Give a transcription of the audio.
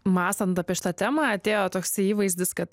mąstant apie šitą temą atėjo toksai įvaizdis kad